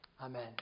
Amen